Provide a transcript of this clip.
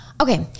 Okay